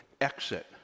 exit